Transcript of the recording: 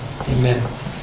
Amen